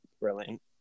Brilliant